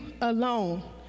alone